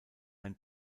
ein